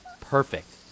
perfect